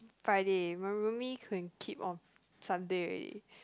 Friday remember me keep on Sunday already